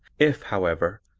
if, however,